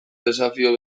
desafio